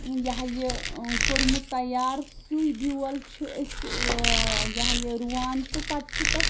یہِ ہہ یہِ کوٚرمُت تَیار سُے بیول چھِ أسۍ یہِ ہہ یہِ رُوان تہٕ پَتہٕ چھِ تَتھ